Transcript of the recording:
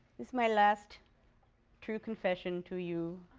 is my last true confession to you,